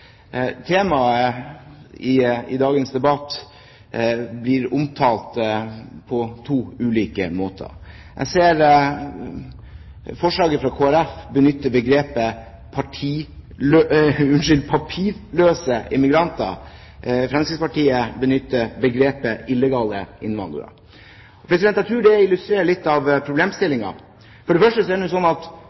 Temaet i dagens debatt blir omtalt på to ulike måter. Jeg ser at man i forslaget fra Kristelig Folkeparti benytter begrepet «papirløse migranter». Fremskrittspartiet benytter begrepet «illegale migranter». Jeg tror det illustrerer litt av problemstillingen. For det første: Er det